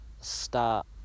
start